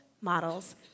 models